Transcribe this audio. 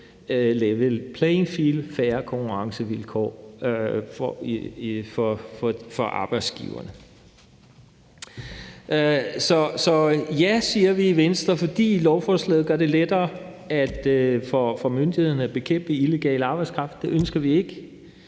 level playing-field , altså færre konkurrencevilkår for arbejdsgiverne. Så i Venstre siger vi ja, fordi lovforslaget gør det lettere for myndighederne at bekæmpe illegal arbejdskraft, som vi ikke